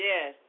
Yes